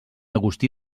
agustí